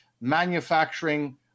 manufacturing